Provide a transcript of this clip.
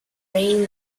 reign